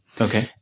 Okay